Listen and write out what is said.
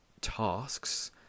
tasks